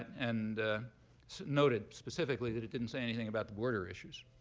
and noted specifically that it didn't say anything about the border issues.